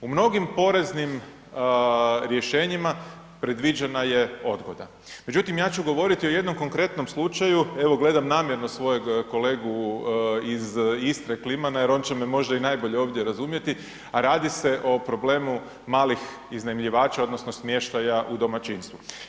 U mnogim poreznim rješenjima predviđena je odgoda, međutim ja ću govoriti o jednom konkretnom slučaju, evo gledam namjerno svojeg kolegu iz Istre Klimana jer on će me možda i najbolje ovdje razumjeti, radi se o problemu malih iznajmljivača odnosno smještaja u domaćinstvu.